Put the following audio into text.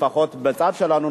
לפחות בצד שלנו,